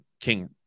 King